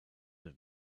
have